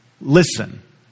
Listen